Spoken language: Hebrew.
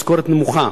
משכורת נמוכה,